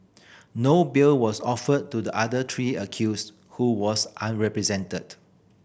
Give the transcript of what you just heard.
no bail was offered to the other three accused who was unrepresented